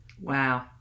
Wow